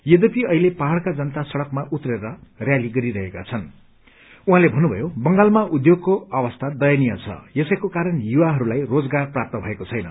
यद्यपि केही दिनहरूपछि पहाड़को जनता सड़कमा उत्रेर रयाली गरिरहेका छन् उहाँले भन्नुभयो बंगालमा उध्योगको अवस्था दयनीय छ यसैको कारण युवाहरूलाई रोजगार प्राप्त भएको छैन